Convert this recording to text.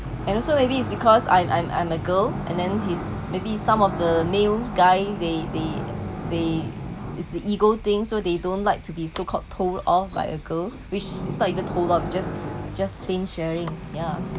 and also maybe it's because I'm I'm I'm a girl and then he's maybe some of the male guy they they they is the ego thing so they don't like to be so called told off by a girl which is not even told off just just plain sharing yeah